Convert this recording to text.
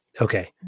Okay